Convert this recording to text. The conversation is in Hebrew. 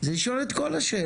זה לשאול את כל השאלות,